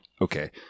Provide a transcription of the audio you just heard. Okay